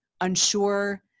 unsure